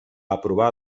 aprovar